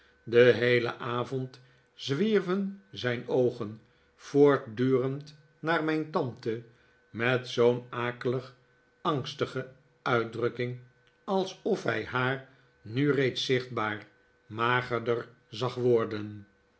den heelen avond zwierven zijn oogen voortdurend naar mijn tante met zoo'n akelig angstige uitdrukking alsof hij haar nu reeds zichtbaar magerder zag worden